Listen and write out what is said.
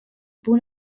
punt